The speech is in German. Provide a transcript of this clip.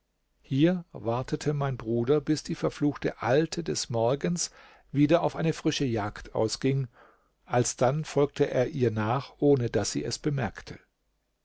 hier wartete mein bruder bis die verfluchte alte des morgens wieder auf eine frische jagd ausging alsdann folgte er ihr nach ohne daß sie es bemerkte